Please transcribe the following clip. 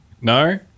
No